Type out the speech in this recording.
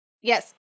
Yes